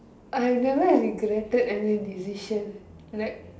I have never have regretted any decision like